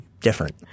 different